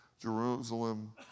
Jerusalem